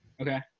okay